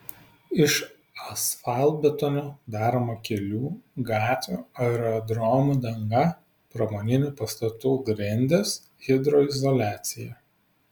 iš asfaltbetonio daroma kelių gatvių aerodromų danga pramoninių pastatų grindys hidroizoliacija